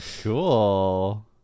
Cool